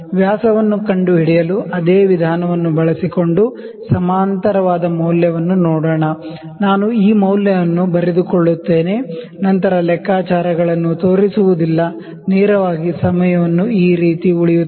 ವ್ಯಾಸವನ್ನು ಕಂಡುಹಿಡಿಯಲು ಅದೇ ವಿಧಾನವನ್ನು ಬಳಸಿಕೊಂಡು ಕೋಇನ್ಸೈಡ್ ಮೌಲ್ಯವನ್ನು ನೋಡೋಣ ನಾನು ಈ ಮೌಲ್ಯವನ್ನು ಬರೆದುಕೊಳ್ಳುತ್ತೇನೆ ನಂತರ ಲೆಕ್ಕಾಚಾರ ಗಳನ್ನು ತೋರಿಸುವುದಿಲ್ಲ ನೇರವಾಗಿ ಸಮಯವನ್ನು ಈ ರೀತಿ ಉಳಿಸುತ್ತದೆ